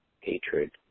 hatred